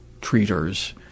treaters